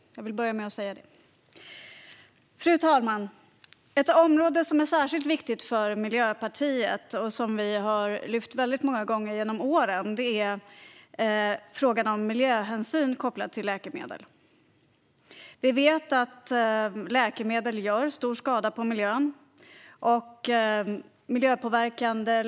Jag vill börja med att säga detta. Fru talman! Ett område som är särskilt viktigt för Miljöpartiet och som vi många gånger genom åren har tagit upp är frågan om miljöhänsyn kopplat till läkemedel. Vi vet att läkemedel har stor påverkan på miljön.